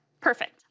Perfect